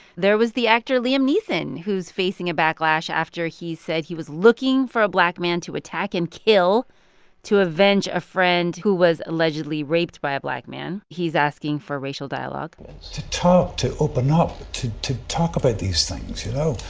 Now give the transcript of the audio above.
there was the actor liam neeson, who's facing a backlash after he said he was looking for a black man to attack and kill to avenge a friend who was allegedly raped by a black man. he's asking for racial dialogue to talk, to open up, to to talk about these things, you know?